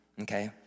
okay